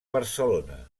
barcelona